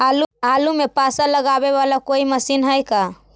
आलू मे पासा लगाबे बाला कोइ मशीन है का?